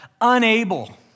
unable